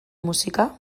musika